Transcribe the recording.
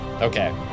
Okay